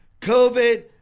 COVID